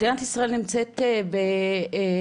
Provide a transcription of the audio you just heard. מדינת ישראל נמצאת ברמה